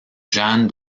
jeanne